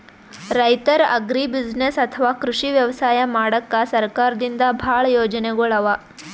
ರೈತರ್ ಅಗ್ರಿಬುಸಿನೆಸ್ಸ್ ಅಥವಾ ಕೃಷಿ ವ್ಯವಸಾಯ ಮಾಡಕ್ಕಾ ಸರ್ಕಾರದಿಂದಾ ಭಾಳ್ ಯೋಜನೆಗೊಳ್ ಅವಾ